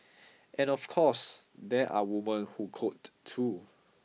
and of course there are women who code too